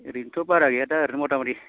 ओरैनोथ' बारा गैया दा ओरैनो मथा मुथि